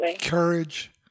courage